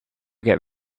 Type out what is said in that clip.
get